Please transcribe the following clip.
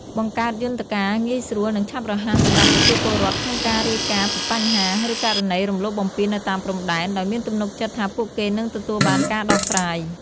បង្កើតយន្តការងាយស្រួល និងឆាប់រហ័សសម្រាប់ប្រជាពលរដ្ឋក្នុងការរាយការណ៍ពីបញ្ហា ឬករណីរំលោភបំពាននៅតាមព្រំដែន ដោយមានទំនុកចិត្តថាពួកគេនឹងទទួលបានការដោះស្រាយ។